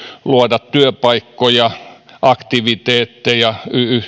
luoda työpaikkoja aktiviteetteja